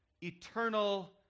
eternal